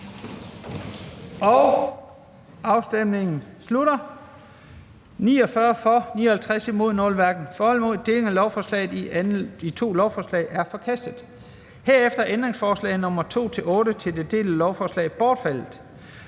hverken for eller imod stemte 0. Ændringsforslaget om delingen af lovforslaget i tre lovforslag er forkastet. Herefter er ændringsforslag nr. 2-8 til det delte lovforslag bortfaldet.